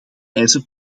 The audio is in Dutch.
eisen